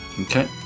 Okay